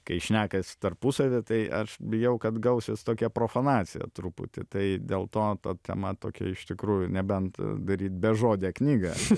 kai šnekasi tarpusavy tai aš bijau kad gausis tokia profanacija truputį tai dėl to ta tema tokia iš tikrųjų nebent daryt bežodę knygą